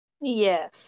Yes